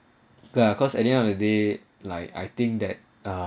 ya cause at the end of the day like I think that